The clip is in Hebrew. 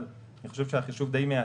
אבל אני חושב שהחישוב די מייצג.